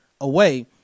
away